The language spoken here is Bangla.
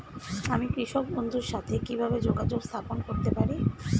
আমি কৃষক বন্ধুর সাথে কিভাবে যোগাযোগ স্থাপন করতে পারি?